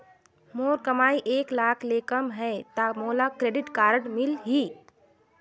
मोर कमाई एक लाख ले कम है ता मोला क्रेडिट कारड मिल ही?